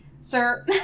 Sir